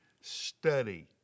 study